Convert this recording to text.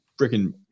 freaking –